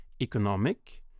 Economic